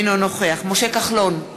אינו נוכח משה כחלון,